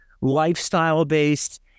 lifestyle-based